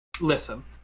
listen